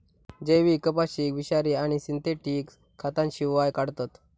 जैविक कपाशीक विषारी आणि सिंथेटिक खतांशिवाय काढतत